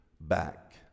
back